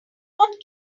what